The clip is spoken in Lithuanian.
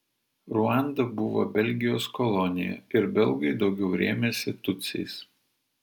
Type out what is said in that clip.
ruanda buvo belgijos kolonija ir belgai daugiau rėmėsi tutsiais